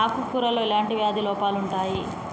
ఆకు కూరలో ఎలాంటి వ్యాధి లోపాలు ఉంటాయి?